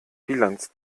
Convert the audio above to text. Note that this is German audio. bilanz